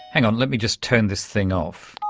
hang-on, let me just turn this thing off.